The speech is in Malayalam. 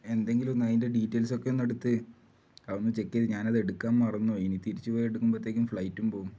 എന്തെങ്കിലും ഒന്ന് അതിൻ്റെ ഡീറ്റെയിൽസ് ഒക്കെ ഒന്ന് എടുത്ത് അത് ഒന്ന് ചെക്ക് ചെയ്ത് ഞാൻ അത് എടുക്കാൻ മറന്നു പോയി ഇനി തിരിച്ച് പോയി എടുക്കുമ്പോഴത്തേക്കും ഫ്ലൈറ്റും പോകും